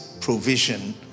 provision